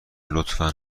لطفا